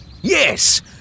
Yes